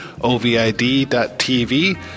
O-V-I-D.tv